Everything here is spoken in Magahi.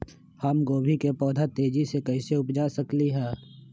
हम गोभी के पौधा तेजी से कैसे उपजा सकली ह?